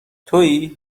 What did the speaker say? توئی